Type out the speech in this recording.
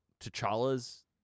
T'Challa's